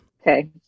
Okay